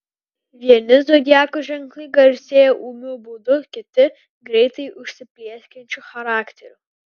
vieni zodiako ženklai garsėja ūmiu būdu kiti greitai užsiplieskiančiu charakteriu